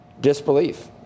disbelief